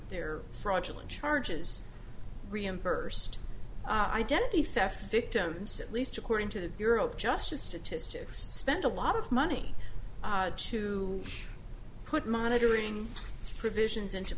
their fraudulent charges reimbursed identity theft victims at least according to the bureau of justice statistics spend a lot of money to put monitoring provisions into